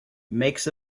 makes